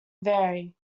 vary